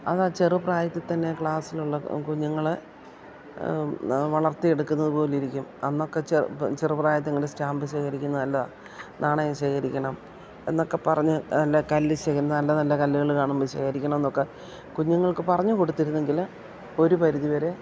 അതാ ചെറുപ്രായത്തിൽ തന്നെ ക്ലാസ്സിലുള്ള കുഞ്ഞുങ്ങൾ വളർത്തിയെടുക്കുന്നത് പോലിരിക്കും അന്നൊക്കെ ചെറുപ്രായത്തിങ്ങളിൽ സ്റ്റാമ്പ് ശേഖരിക്കുന്നത് നല്ലാ നാണയം ശേഖരിക്കണം എന്നൊക്കെ പറഞ്ഞ് നല്ല കല്ല് ശേഖരണം നല്ല നല്ല കല്ലുകൾ കാണുമ്പം ശേഖരിക്കണം എന്നൊക്കെ കുഞ്ഞുങ്ങൾക്ക് പറഞ്ഞു കൊടുത്തിരുന്നെങ്കിൽ ഒരു പരിധിവരെ